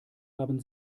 haben